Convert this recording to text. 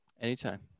Anytime